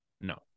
No